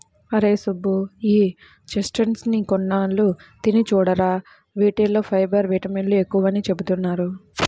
అరేయ్ సుబ్బు, ఈ చెస్ట్నట్స్ ని కొన్నాళ్ళు తిని చూడురా, యీటిల్లో ఫైబర్, విటమిన్లు ఎక్కువని చెబుతున్నారు